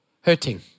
hurting